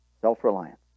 Self-reliance